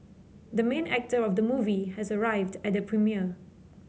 the main actor of the movie has arrived at the premiere